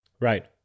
Right